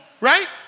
right